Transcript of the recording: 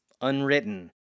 Unwritten